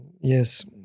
yes